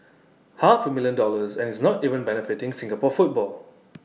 half A million dollars and it's not even benefiting Singapore football